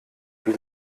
wie